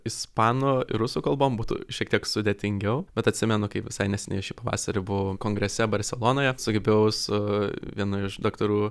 ispanų ir rusų kalbom būtų šiek tiek sudėtingiau bet atsimenu kaip visai neseniai šį pavasarį buvau kongrese barselonoje sugebėjau su vienu iš daktarų